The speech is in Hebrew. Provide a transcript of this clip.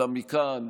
אלא מכאן,